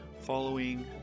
following